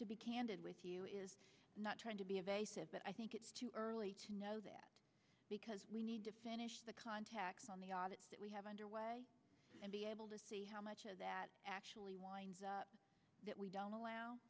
to be candid with you is not trying to be of a set but i think it's too early to know that because we need to finish the contacts on the audit that we have underway and be able to see how much of that actually winds that we don't allow